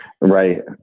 Right